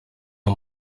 uyu